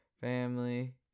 Family